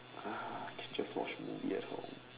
uh can just watch movie at home